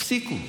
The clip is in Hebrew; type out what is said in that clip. תפסיקו.